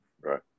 right